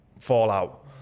fallout